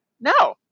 No